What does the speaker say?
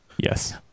Yes